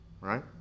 right